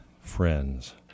friends